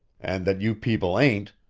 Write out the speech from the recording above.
and that you people ain't,